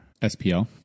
SPL